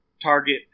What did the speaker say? Target